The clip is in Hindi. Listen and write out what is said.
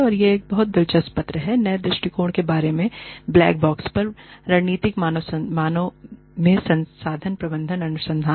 और यह एक बहुत दिलचस्प पत्र है नए दृष्टिकोण के बारे में ब्लैक बॉक्स पर रणनीतिक मानव में संसाधन प्रबंधन अनुसंधान